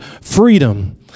freedom